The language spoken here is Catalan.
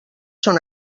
són